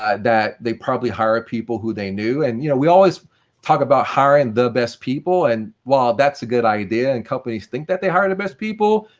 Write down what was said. ah that they probably hire people who they knew. and you know we always talk about hiring the best people. and while that's a good idea, and companies think they hired the best people,